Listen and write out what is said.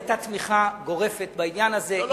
היתה תמיכה גורפת בעניין הזה,